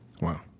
Wow